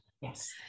Yes